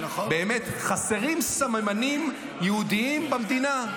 באמת חסרים סממנים יהודיים במדינה.